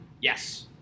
Yes